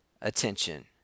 attention